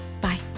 Bye